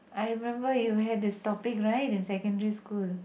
I remember you had this topic right in secondary school